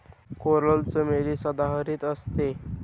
coral चमेली सदाहरित असते